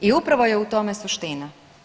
I upravo je u tome suština.